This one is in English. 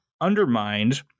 undermined